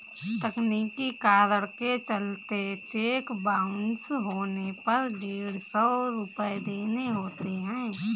तकनीकी कारण के चलते चेक बाउंस होने पर डेढ़ सौ रुपये देने होते हैं